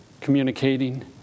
communicating